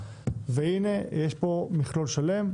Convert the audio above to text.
והינה יש פה מכלול שלם.